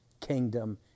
kingdom